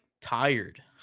tired